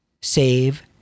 Save